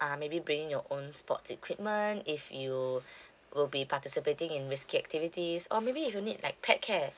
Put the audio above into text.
uh maybe bringing your own sport equipment if you will be participating in activities or maybe if you need like pet care